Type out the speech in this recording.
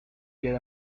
get